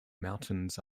mountains